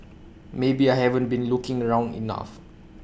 maybe I haven't been looking around enough